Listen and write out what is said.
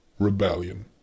rebellion